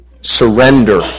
surrender